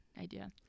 idea